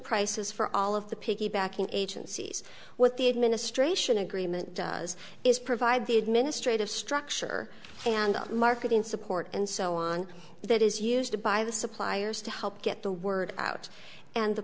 prices for all of the piggybacking agencies what the administration agreement does is provide the administrative structure and marketing support and so on that is used by the suppliers to help get the word out and the